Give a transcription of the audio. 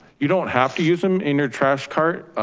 you don't have to use them in your trash cart.